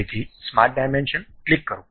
તેથી smart dimension click કરો